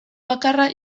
bakarra